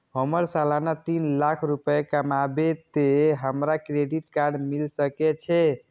हमर सालाना तीन लाख रुपए कमाबे ते हमरा क्रेडिट कार्ड मिल सके छे?